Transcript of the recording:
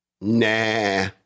Nah